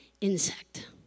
insect